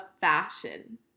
fashion